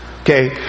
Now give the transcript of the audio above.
Okay